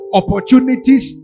opportunities